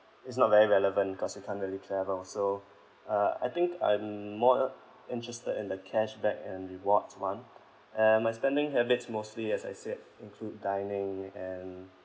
it's not very relevant cause you can't really travel so uh I think I'm more interested in the cashback and rewards one and my spending habits mostly as I said include dining and